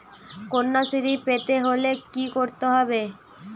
কন্যাশ্রী পেতে হলে কি করতে হবে?